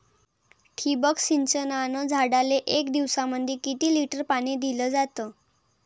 ठिबक सिंचनानं झाडाले एक दिवसामंदी किती लिटर पाणी दिलं जातं?